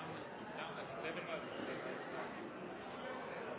Ja det måtte være